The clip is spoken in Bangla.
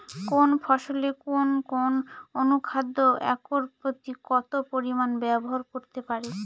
কোন ফসলে কোন কোন অনুখাদ্য একর প্রতি কত পরিমান ব্যবহার করতে পারি?